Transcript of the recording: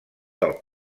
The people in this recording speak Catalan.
del